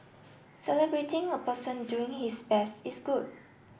celebrating a person doing his best is good